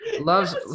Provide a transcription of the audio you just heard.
Loves